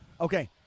Okay